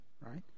right